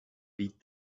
beat